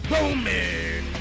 Roman